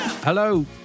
Hello